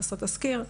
לעשות תזכיר,